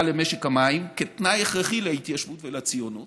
למשק המים כתנאי הכרחי להתיישבות ולציונות